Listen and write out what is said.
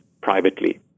privately